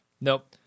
Nope